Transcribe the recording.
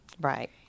Right